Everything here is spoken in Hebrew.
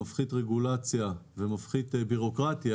מפחית רגולציה ומפחית בירוקרטיה,